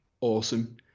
awesome